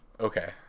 Okay